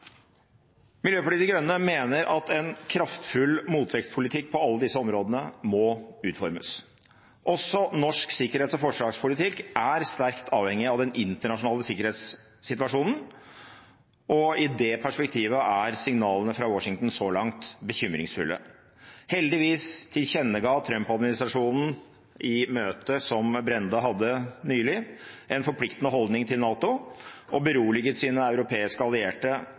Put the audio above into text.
Miljøpartiet De Grønne mener at en kraftfull motvektspolitikk på alle disse områdene må utformes. Også norsk sikkerhets- og forsvarspolitikk er sterkt avhengig av den internasjonale sikkerhetssituasjonen, og i det perspektivet er signalene fra Washington så langt bekymringsfulle. Heldigvis tilkjennega Trump-administrasjonen i møtet som Brende hadde nylig, en forpliktende holdning til NATO og beroliget sine europeiske allierte